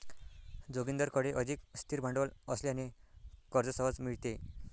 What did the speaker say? जोगिंदरकडे अधिक स्थिर भांडवल असल्याने कर्ज सहज मिळते